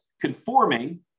conforming